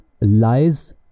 lies